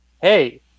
hey